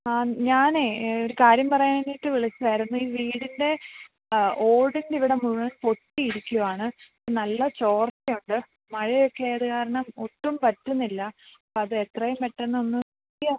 ആ ഞാൻ ഒരു കാര്യം പറയാനായിട്ട് വിളിച്ചതായിരുന്നു ഈ വീടിൻ്റെ ഓടിൻറെ ഇവിടെ മുഴുവൻ പൊട്ടിയിരിക്കുവാണ് നല്ല ചോർച്ചയുണ്ട് മഴയൊക്കെ ആയതുകാരണം ഒട്ടും പറ്റുന്നില്ല അത് എത്രയും പെട്ടന്നൊന്ന് ചെയ്യാമോ